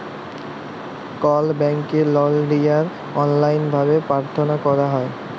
call ব্যাংকে যদি লল লিয়ার অললাইল ভাবে পার্থলা ক্যরা হ্যয়